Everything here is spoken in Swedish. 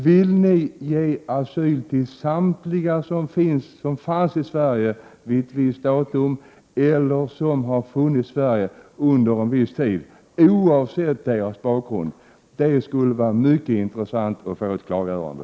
Vill ni ge asyl till samtliga som fanns i Sverige vid ett visst datum eller som har befunnit sig i Sverige under en viss tid, oavsett bakgrund? Det skulle vara mycket intressant att få ett klarläggande.